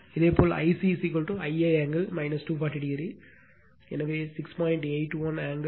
இதேபோல் Ic Ia angle 240o எனவே 6